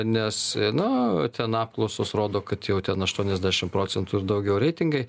nes nu ten apklausos rodo kad jau ten aštuoniasdešim procentų ir daugiau reitingai